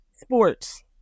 Sports